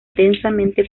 densamente